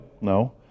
No